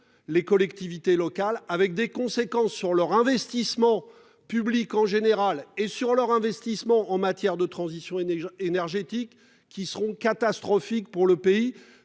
les collectivités locales avec des conséquences sur leur investissement public en général et sur leur investissement en matière de transition énergétique qui seront catastrophiques pour le pays.